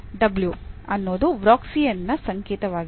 W ಅನ್ನೋದು ವ್ರೊನ್ಸ್ಕಿಯನ್ನ ಸಂಕೇತವಾಗಿದೆ